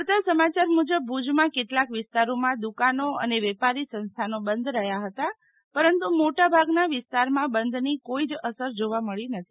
મળતા સમાચાર મુજબ ભુજમાં કેટલાક વિસ્તારોમાં દુકાનો અને વેપારી સંસ્થાનો બંધ રહ્યા હતા પરંતુ મોટા ભાગના વિસ્તારમાં બંધની કોઈજ અસર જોવા મળી નથી